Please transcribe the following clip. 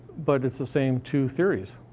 but it's the same two theories.